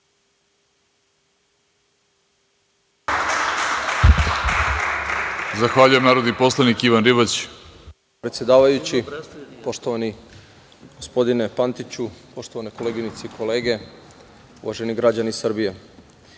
Zahvaljujem. Narodni poslanik Ivan Ribać.